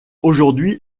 aujourd’hui